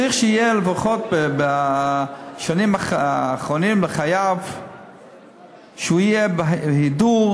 צריך שלפחות בשנים האחרונות בחייו הוא יהיה בהידור.